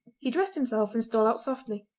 he dressed himself and stole out softly.